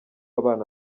abana